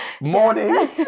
Morning